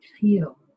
feel